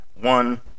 One